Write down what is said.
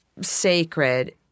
sacred